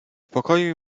pokoju